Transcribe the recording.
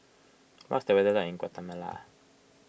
what is the weather like in Guatemala